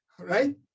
right